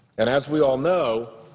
and as we all know,